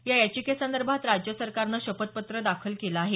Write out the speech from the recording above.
या याचिकेसंदर्भात राज्य सरकारनं शपथपत्र दाखल केलं आहे